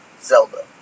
Zelda